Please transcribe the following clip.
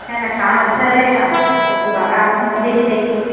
है न काम अच्छा रहेगा तो दुबारा आप मुझे ही देंगी